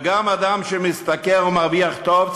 וגם אדם שמשתכר ומרוויח טוב,